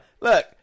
Look